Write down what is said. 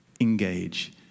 engage